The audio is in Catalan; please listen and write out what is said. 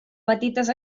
petites